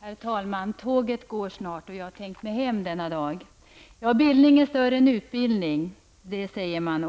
Herr talman! Tåget går snart, och jag har tänkt att ta mig hem denna dag. Bildning är större än utbildning, sägs det.